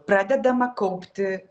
pradedama kaupti